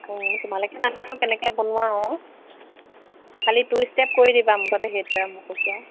অঁ তোমালকে জানো আৰু কেনেকে বনোৱা অঁ খালী টু ষ্টেপ কৰি দিবা মুঠতে সেইটোয়ে মই কৈছোঁ আৰু